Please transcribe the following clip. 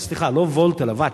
סליחה, לא וולט אלא ואט.